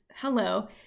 hello